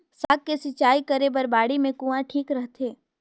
साग के सिंचाई करे बर बाड़ी मे कुआँ ठीक रहथे?